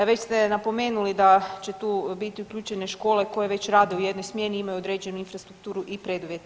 Već ste napomenuli da će tu biti uključene škole koje već rade u jednoj smjeni, imaju određenu infrastrukturu i preduvjete.